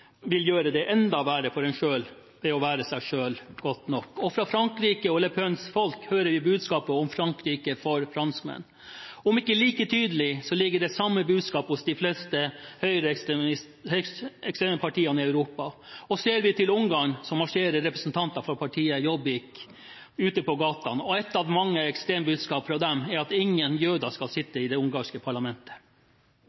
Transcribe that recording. vil gjøre det enda verre for en ved å være seg selv nok. Fra Frankrike og Le Pens folk hører vi budskapet om «Frankrike for franskmenn», og om ikke like tydelig, så ligger det samme budskapet hos de fleste høyreekstreme partiene i Europa. Ser vi til Ungarn, så marsjerer representanter for partiet Jobbik ute i gatene, og et av mange ekstrembudskap fra dem er at ingen jøder skal sitte